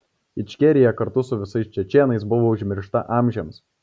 ičkerija kartu su visais čečėnais buvo užmiršta amžiams